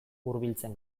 hurbiltzen